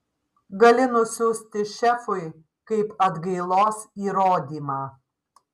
gali nusiųsti šefui kaip atgailos įrodymą